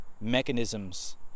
mechanisms